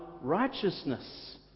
Righteousness